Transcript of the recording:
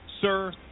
Sir